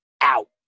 out